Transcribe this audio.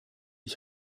ich